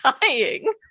dying